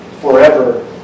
forever